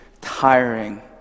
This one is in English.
tiring